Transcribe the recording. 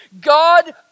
God